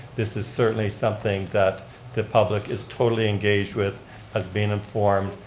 this is certainly something that the public is totally engaged with as being informed.